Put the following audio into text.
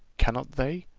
cannot they?